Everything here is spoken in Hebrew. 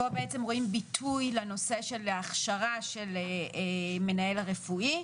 פה בעצם רואים ביטוי לנושא של ההכשרה של מנהל הרפואי,